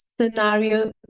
scenario